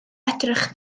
edrych